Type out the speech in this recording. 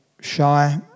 shy